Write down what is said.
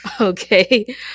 Okay